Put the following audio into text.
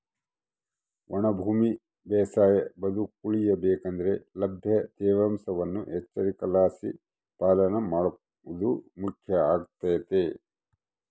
ಒಣ ಭೂಮಿ ಬೇಸಾಯ ಬದುಕುಳಿಯ ಬೇಕಂದ್ರೆ ಲಭ್ಯ ತೇವಾಂಶವನ್ನು ಎಚ್ಚರಿಕೆಲಾಸಿ ಪಾಲನೆ ಮಾಡೋದು ಮುಖ್ಯ ಆಗ್ತದ